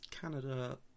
Canada